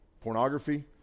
Pornography